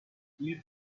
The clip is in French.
ils